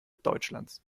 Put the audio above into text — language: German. deutschlands